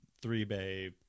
three-bay